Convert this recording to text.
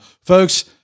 Folks